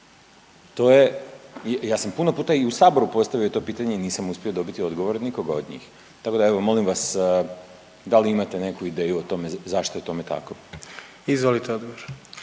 To je, ja sam puno puta i u saboru postavio to pitanje i nisam uspio dobiti odgovor od nikoga od njih. Tako da evo molim vas da li imate neku ideju o tome zašto je tome tako? **Jandroković,